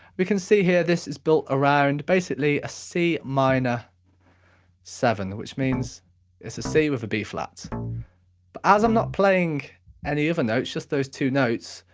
we can see here, this is built around, basically, a c minor seven, which means it's a c with a b flat. but as i'm not playing any other notes, just those two notes,